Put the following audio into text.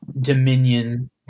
dominion